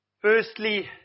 Firstly